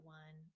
one